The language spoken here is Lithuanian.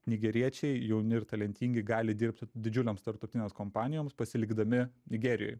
nigeriečiai jauni ir talentingi jie gali dirbti didžiulėms tarptautinėms kompanijoms pasilikdami nigerijoj